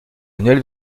nouvelle